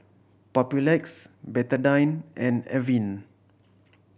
Papulex Betadine and Avene